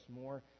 more